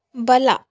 ಬಲ